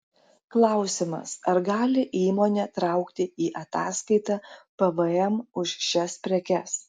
klausimas ar gali įmonė traukti į atskaitą pvm už šias prekes